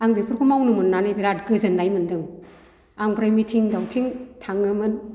आं बेफोरखौ मावनो मोननानै बिराद गोजोननाय मोन्दों ओमफ्राय मिटिं दावथिं थाङोमोन